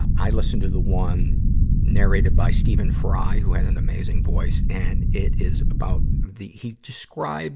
i listen to the one narrated by stephen fry, who has an amazing voice, and it is about the, he described